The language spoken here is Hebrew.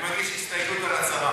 אני מגיש הסתייגות על הצרה.